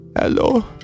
hello